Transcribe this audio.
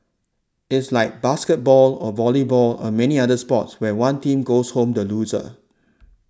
it's like basketball or volleyball or many other sports where one team goes home the loser